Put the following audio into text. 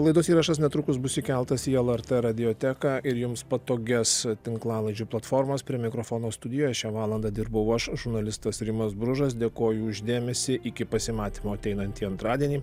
laidos įrašas netrukus bus įkeltas į lrt radioteką ir jums patogias tinklalaidžių platformas prie mikrofono studijoje šią valandą dirbau aš žurnalistas rimas bružas dėkoju už dėmesį iki pasimatymo ateinantį antradienį